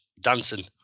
dancing